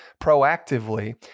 proactively